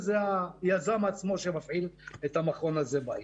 זה היזם עצמו שמפעיל את המכון הזה בעיר.